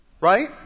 right